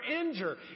injure